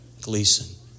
Gleason